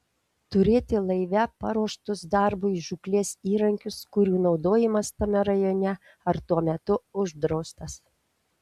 turėti laive paruoštus darbui žūklės įrankius kurių naudojimas tame rajone ar tuo metu uždraustas